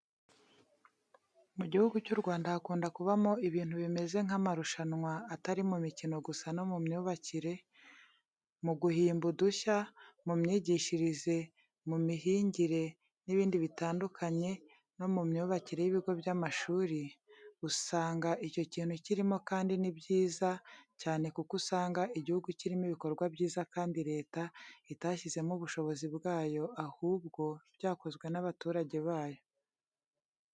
Mu gihugu cy'u Rwanda hakunda kubamo ibintu bimeze nk'amarushanwa atari mu mikino gusa no mu myubakire, mu guhimba udushya, mu myigishirize, mu mihingire n'ibindi bitandukanye no mu myubakire y'ibigo by'amashuri, usanga icyo kintu kirimo kandi ni byiza cyane kuko usanga igihugu kirimo ibikorwa byiza kandi Leta itashyizemo ubushobozi bwayo ahubwo byakozwe n'abaturage bayo.